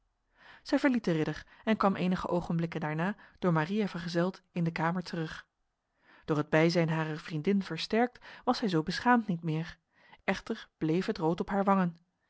verliet de ridder en kwam enige ogenblikken daarna door maria vergezeld in de kamer terug door het bijzijn harer vriendin versterkt was zij zo beschaamd niet meer echter bleef het rood op haar wangen